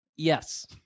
Yes